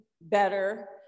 better